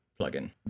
plugin